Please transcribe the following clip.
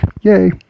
yay